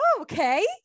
okay